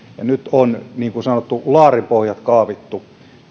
ja nyt on niin kuin sanottu laarin pohjat kaavittu